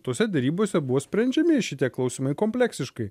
tose derybose buvo sprendžiami šitie klausimai kompleksiškai